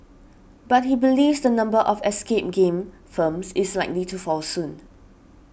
but he believes the number of escape game firms is likely to fall soon